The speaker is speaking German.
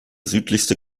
südlichste